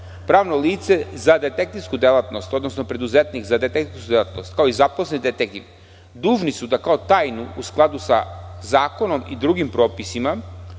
„Pravno lice za detektivsku delatnost, odnosno preduzetnik za detektivsku delatnost, kao i zaposleni detektiv, dužni su da kao tajnu, u skladu sa zakonom i drugim propisima,